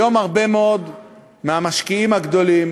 היום הרבה מאוד מהמשקיעים הגדולים,